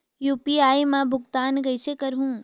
UPI मा भुगतान कइसे करहूं?